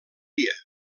dia